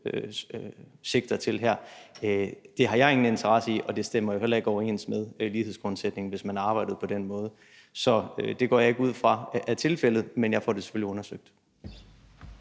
sigter til her. Det har jeg ingen interesse i, og det stemmer jo heller ikke overens med lighedsgrundsætningen, hvis man arbejder på den måde. Så det går jeg ikke ud fra er tilfældet, men jeg får det selvfølgelig undersøgt.